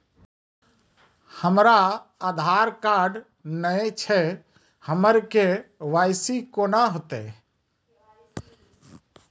हमरा आधार कार्ड नई छै हमर के.वाई.सी कोना हैत?